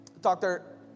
Doctor